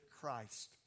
Christ